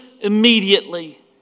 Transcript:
immediately